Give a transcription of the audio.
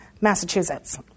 Massachusetts